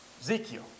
Ezekiel